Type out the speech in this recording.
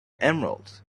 emerald